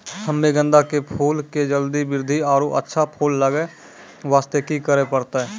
हम्मे गेंदा के फूल के जल्दी बृद्धि आरु अच्छा फूल लगय वास्ते की करे परतै?